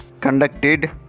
Conducted